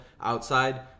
outside